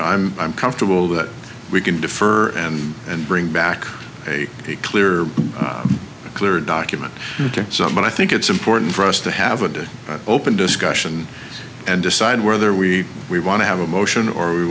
know i'm i'm comfortable that we can defer and and bring back a clear clear document but i think it's important for us to have an open discussion and decide whether we we want to have a motion or we